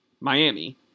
Miami